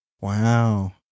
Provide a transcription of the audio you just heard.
Wow